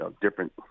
different